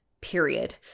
period